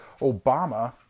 Obama